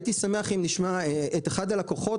הייתי שמח אם נשמע את אחד הלקוחות,